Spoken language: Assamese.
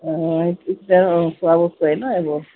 অঁ খোৱা বস্তু হয় ন এইবোৰ